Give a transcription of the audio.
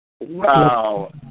Wow